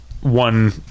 one